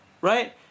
Right